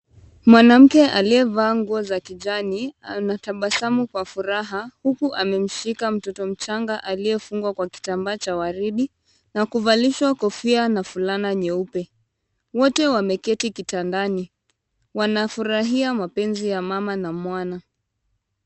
Mwanamke aliyevaa nguo za kijani anatabasamu kwa furaha, huku amemshika mtoto mchanga aliyefungwa kwa kitambaa cha waridi na kuvalishwa kofia na fulana nyeupe. Wote wameketi kitandani wanafurahia mapenzi ya mama na mwana.